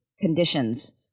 conditions